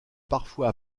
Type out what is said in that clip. parfois